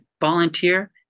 volunteer